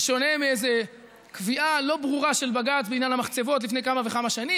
בשונה מאיזו קביעה לא ברורה של בג"ץ בעניין המחצבות לפני כמה וכמה שנים,